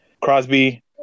Crosby